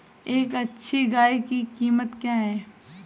एक अच्छी गाय की कीमत क्या है?